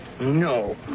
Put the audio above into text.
No